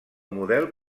model